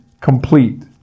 complete